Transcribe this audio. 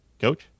Coach